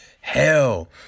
hell